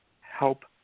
help